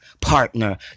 partner